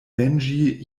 venĝi